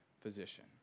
physician